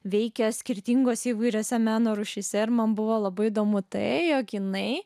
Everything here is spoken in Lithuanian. veikia skirtingos įvairiose meno rūšyse ir man buvo labai įdomu tai jog jinai